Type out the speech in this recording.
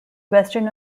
western